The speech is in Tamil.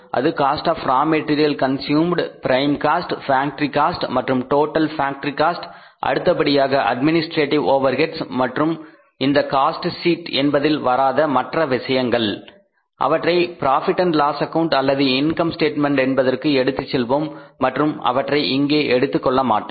அது cost of raw material consumed prime cost factory cost மற்றும் டோட்டல் ஃபேக்டரி காஸ்ட் அடுத்தபடியாக அட்மினிஸ்ட்ரேட்டிவ் ஓவர்ஹெட்ஸ் மற்றும் இந்த காஸ்ட் ஷீட் என்பதில் வராத மற்ற விஷயங்கள் அவற்றை profit and loss account Profit Loss Account அல்லது இன்கம் ஸ்டேட்மெண்ட் என்பதற்கு எடுத்துச் செல்வோம் மற்றும் அவற்றை இங்கே எடுத்துக் கொள்ளமாட்டோம்